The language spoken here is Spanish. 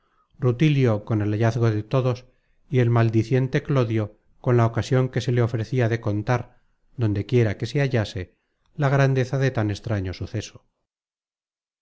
rutilio con el hallazgo de todos y el maldiciente clodio con la ocasion que se le ofrecia de contar donde quiera que se hallase la grandeza de tan extraño suceso